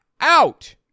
out